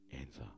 answer